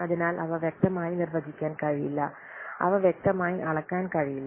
അതിനാൽ അവ വ്യക്തമായി നിർവചിക്കാൻ കഴിയില്ല അവ വ്യക്തമായി അളക്കാൻ കഴിയില്ല